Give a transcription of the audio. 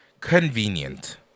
convenient